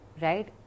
right